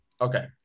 okay